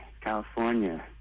California